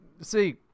See